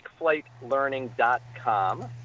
TakeFlightLearning.com